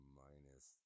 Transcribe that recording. minus